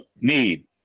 need